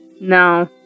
No